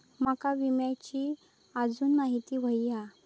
माका विम्याची आजून माहिती व्हयी हा?